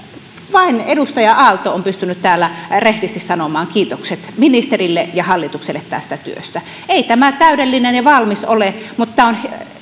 vain edustaja aalto on pystynyt täällä rehdisti sanomaan kiitokset ministerille ja hallitukselle tästä työstä ei tämä täydellinen ja valmis ole mutta tämä on